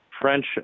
French